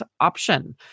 option